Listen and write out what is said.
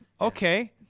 Okay